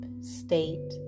state